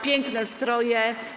Piękne stroje.